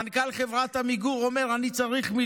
מנכ"ל חברת עמיגור אומר: אני צריך 1.5